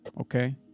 okay